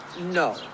No